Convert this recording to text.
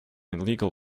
illegal